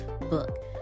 book